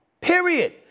Period